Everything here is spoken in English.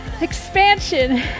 Expansion